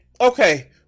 okay